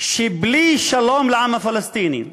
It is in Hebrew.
שבלי שלום לעם הפלסטיני,